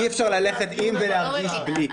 אי-אפשר ללכת עם ולהרגיש בלי.